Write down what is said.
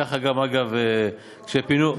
ככה גם, אגב, כשפינו,